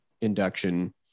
induction